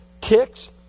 ticks